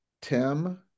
Tim